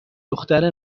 دختر